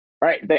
right